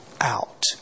out